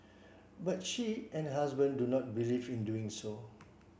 but she and her husband do not believe in doing so